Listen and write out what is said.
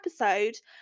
episode